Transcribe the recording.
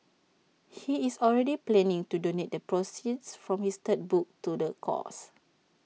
he is already planning to donate the proceeds from his third book to the cause